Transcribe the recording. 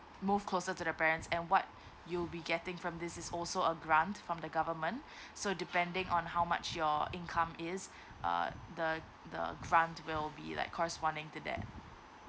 move closer to the parents and what you'll be getting from this is also a grant from the government so depending on how much your income is err the the grant will be like corresponding to that